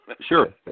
Sure